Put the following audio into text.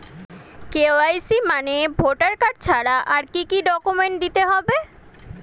KYC মানে voter card ছাড়া আর কি কি ডকুমেন্ট দিতে হবে?